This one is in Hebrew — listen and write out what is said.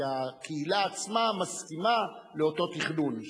והקהילה עצמה מסכימה לאותו תכנון.